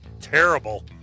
terrible